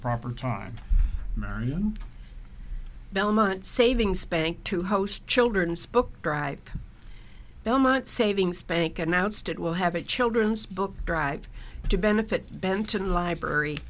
proper time marian belmont savings bank to host children's book belmont savings bank announced it will have a children's book drive to benefit ben to the library